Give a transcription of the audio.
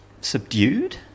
subdued